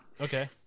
Okay